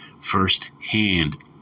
firsthand